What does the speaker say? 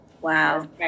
Wow